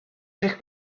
pick